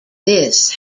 this